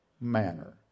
manner